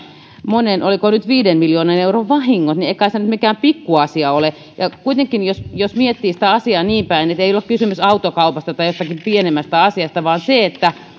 monen miljoonan oliko nyt viiden miljoonan euron vahingot ei kai se nyt mikään pikkuasia ole ja kuitenkin jos jos miettii sitä asiaa niinpäin että ei ole kysymys autokaupasta tai jostakin pienemmästä asiasta vaan